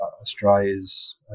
Australia's